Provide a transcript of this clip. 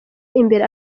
imbere